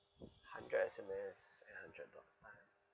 hundred S_M_S eight hundred talk time